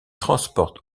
transporte